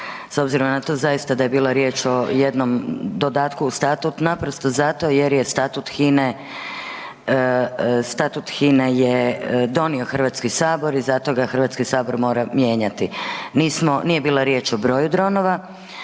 s obzirom na to da je zaista bilo riječ o jednom dodatku, statut napravo zato jer je statut HINA-e je donio Hrvatski sabor i zato ga Hrvatski sabor mora mijenjati. Nije bila riječ o broju dronova,